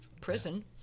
prison